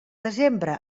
desembre